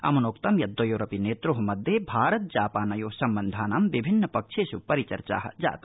अम्नोक्तं यत् द्रयोरपि नेत्रो मध्ये भारत जापानयो सम्बन्धानां विभिन्न पक्षेष् परिचर्चा जाता